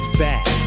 back